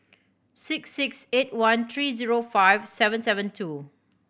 six six eight one three zero five seven seven two